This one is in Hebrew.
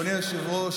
אבקש לאפשר לשר לדבר.